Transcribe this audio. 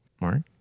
Mark